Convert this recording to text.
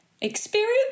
experience